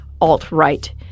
alt-right